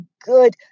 good